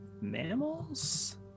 mammals